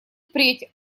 впредь